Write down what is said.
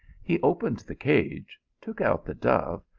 he opened the cage, took out the dove,